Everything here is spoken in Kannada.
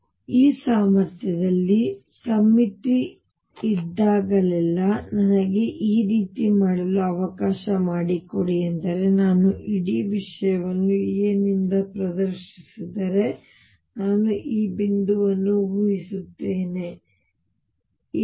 ಆದ್ದರಿಂದ ಈ ಸಾಮರ್ಥ್ಯದಲ್ಲಿ ಸಮ್ಮಿತಿ ಇದ್ದಾಗಲೆಲ್ಲಾ ನನಗೆ ಈ ರೀತಿ ಮಾಡಲು ಅವಕಾಶ ಮಾಡಿಕೊಡಿ ಎಂದರೆ ನಾನು ಇಡೀ ವಿಷಯವನ್ನು a ನಿಂದ ಪ್ರದರ್ಶಿಸಿದರೆ ಅಂದರೆ ನಾನು ಈ ಬಿಂದುವನ್ನು ಊಹಿಸುತ್ತೇನೆ a